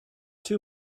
two